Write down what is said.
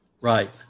Right